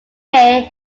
kay